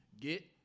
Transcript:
get